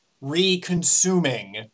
re-consuming